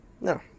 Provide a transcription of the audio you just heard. No